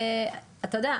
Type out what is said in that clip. אתה יודע,